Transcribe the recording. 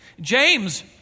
James